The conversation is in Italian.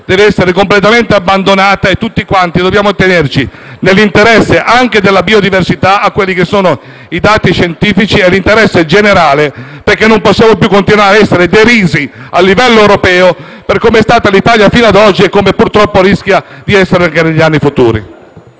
deve essere completamente abbandonata, perché tutti dobbiamo attenerci, anche nell'interesse della biodiversità, ai dati scientifici e all'interesse generale. Non possiamo più continuare a essere derisi, a livello europeo, per come è stata l'Italia fino ad oggi e per come purtroppo rischia di essere anche negli anni futuri.